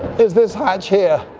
is this hatch here.